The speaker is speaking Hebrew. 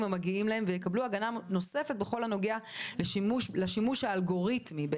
המגיעים להם ויקבלו הגנה נוספת בכל הנוגע לשימוש האלגוריתמי,